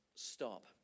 stop